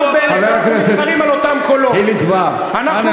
חבר הכנסת חיליק בר, אנא ממך.